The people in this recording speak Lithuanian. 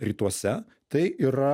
rytuose tai yra